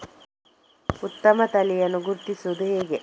ಉತ್ತಮ ತಳಿಯನ್ನು ಗುರುತಿಸುವುದು ಹೇಗೆ?